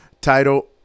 title